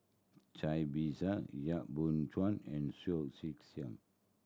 Cai Bixia Yap Boon Chuan and Soh Kay Siang